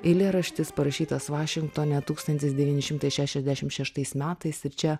eilėraštis parašytas vašingtone tūkstantis devyni šimtai šešiasdešim šeštais metais ir čia